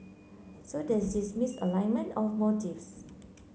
so there's this misalignment of motives